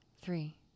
Three